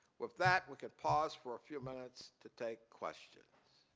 with that, we can pause for a few minutes to take questions.